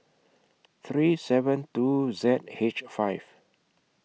three seven two Z H five